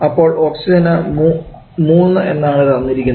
അപ്പോൾ ഓക്സിജന് മൂന്ന് എന്നാണ് തന്നിരിക്കുന്നത്